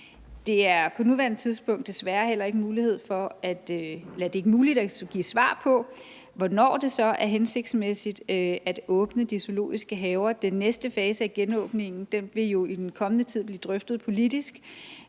Det er på nuværende tidspunkt desværre heller ikke muligt at give svar på, hvornår det så er hensigtsmæssigt at åbne de zoologiske haver. Den næste fase af genåbningen vil jo i den kommende tid blive drøftet politisk,